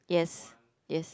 yes yes